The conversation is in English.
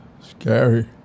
Scary